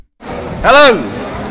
Hello